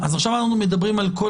מה שעשינו בתקנות של הבדיקות,